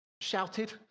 shouted